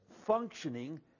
functioning